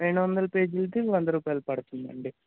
రెండు వందల పేజీలది వంద రూపాయలు పడుతుందండీ